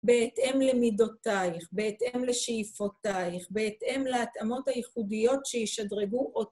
בהתאם למידותייך, בהתאם לשאיפותייך, בהתאם להתאמות הייחודיות שישדרגו או...